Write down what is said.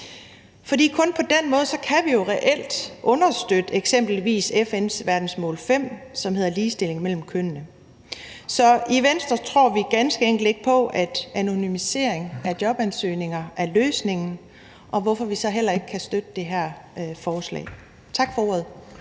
kun på den måde kan vi jo reelt understøtte eksempelvis FN's verdensmål fem, som hedder ligestilling mellem kønnene. Så i Venstre tror vi ganske enkelt ikke på, at anonymisering af jobansøgninger er løsningen, hvorfor vi så heller ikke kan støtte det her forslag.